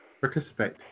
participate